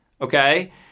okay